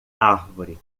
árvore